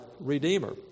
Redeemer